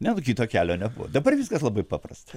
ne nu kito kelio nebuvo dabar viskas labai paprasta